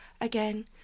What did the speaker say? Again